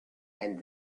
and